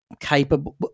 capable